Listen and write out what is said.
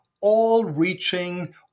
all-reaching